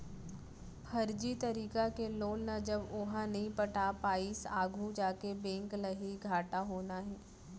फरजी तरीका के लोन ल जब ओहा नइ पटा पाइस आघू जाके बेंक ल ही घाटा होना हे